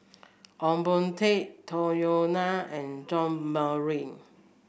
Ong Boon Tat Tung Yue Nang and John Morrice